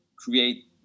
create